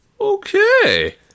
Okay